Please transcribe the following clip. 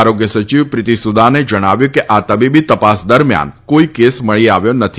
આરોગ્ય સચિવ પ્રીતિ સુદાને જણાવ્યું હતું કે આ તબીબી તપાસ દરમિયાન કોઈ કેસ મળી આવ્યો નથી